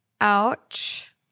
ouch